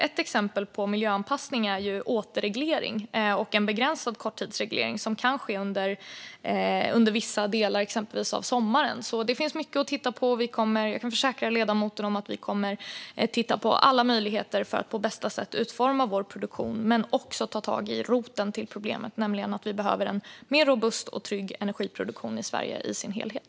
Ett exempel på miljöanpassning är återreglering och begränsad korttidsreglering som kan ske under vissa delar av sommaren. Det finns mycket att titta på, och jag kan försäkra ledamoten om att vi kommer att titta på alla möjligheter för att på bästa sätt utforma svensk produktion. Vi kommer också att ta tag i roten till problemet, för vi behöver en mer robust och trygg energiproduktion i Sverige som helhet.